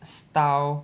style